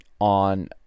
On